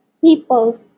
people